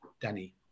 Danny